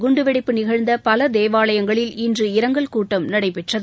குண்டுவெடிப்பு நிகழ்ந்த பல தேவாலயங்களில் இன்று இரங்கல் கூட்டம் நடைபெற்றது